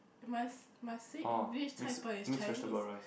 must must say English Cai-Peng is Chinese